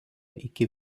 iki